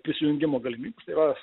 prisijungimo galimybes tai yra